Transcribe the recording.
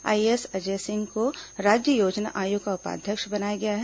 IAS Ajay Singh को राज्य योजना आयोग का उपाध्यक्ष बनाया गया है